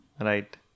right